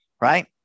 Right